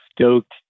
stoked